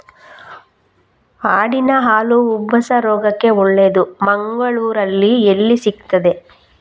ಆಡಿನ ಹಾಲು ಉಬ್ಬಸ ರೋಗಕ್ಕೆ ಒಳ್ಳೆದು, ಮಂಗಳ್ಳೂರಲ್ಲಿ ಎಲ್ಲಿ ಸಿಕ್ತಾದೆ?